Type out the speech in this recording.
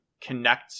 connect